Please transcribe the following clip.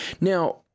now